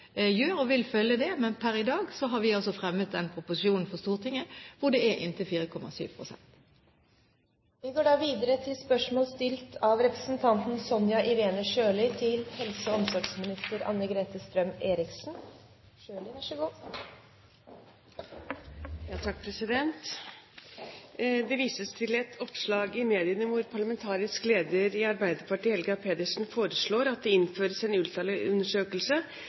gjør, og vil følge med på det, men per i dag har vi altså fremmet en proposisjon for Stortinget, som gjelder alkoholholdig drikk, inntil 4,7 pst. «Det vises til oppslag i mediene hvor parlamentarisk leder i Arbeiderpartiet, Helga Pedersen, foreslår at det innføres en ultralydundersøkelse til alle gravide i 12. svangerskapsuke. Er det regjeringens politikk?» Den rutinemessige ultralydundersøkelsen som tilbys gravide i